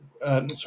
sorry